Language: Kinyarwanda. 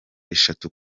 eshatu